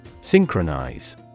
Synchronize